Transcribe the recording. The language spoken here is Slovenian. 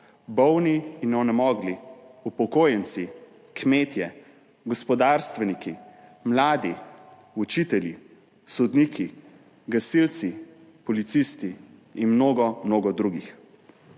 bolni in onemogli, upokojenci, kmetje, gospodarstveniki, mladi učitelji, sodniki, gasilci, policisti in mnogo, mnogo drugih.